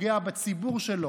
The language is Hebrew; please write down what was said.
פוגע בציבור שלו,